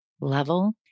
level